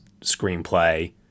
screenplay